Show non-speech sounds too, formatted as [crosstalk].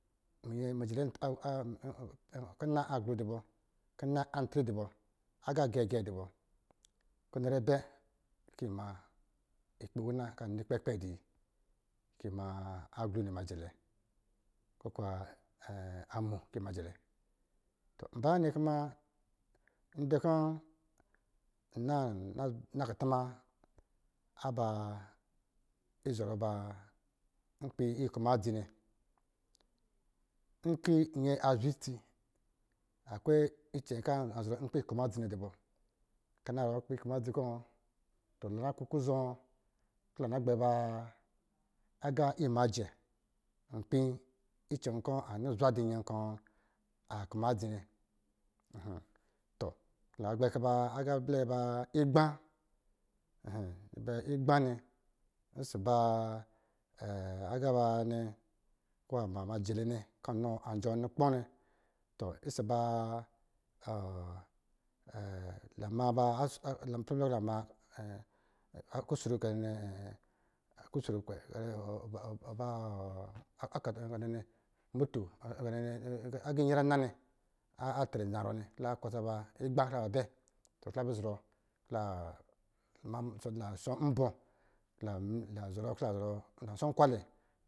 Meye [hesitation] kina aglo dɔ bɔ kina an tri dɔ bɔ agā gɛgɛ dɔ bɔ, kɔ̄ nɛrɛ bɛ [unintelligible] kɔ̄ yi ma aglo nnɛ jɛrɛ, [unintelligible] amo kɔ̄ yi ma jɛrɛ [unintelligible] ndrɛ kɔ̄ nna nakutuma aba izɔrɔ ba nkei ikwuma dzi nnɛ, kɔ̄ nyɛ a zwe itse [unintelligible] nkpi kumadzi nnɛ dɔ bɔ [unintelligible] la na ku kuzɔ kɔ̄ la na gbɛ ba agā imajɛ nkpi icɛ kɔ̄ an nɔ zwa dɔ̄ nyɛ kɔ̄ a kumadzi nnɛ to la gbɛ kabɛ, agā blɛ ba igba [unintelligible] agā iyɛrina nnɛ, adrɛ narɔ nnɛ kɔ̄ la na kwasa ba igba kɔ̄ la ma bɛ [hesitation] la shɔ nbɔ [hesitation] la shɔ nkwalɛ.